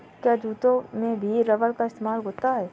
क्या जूतों में भी रबर का इस्तेमाल होता है?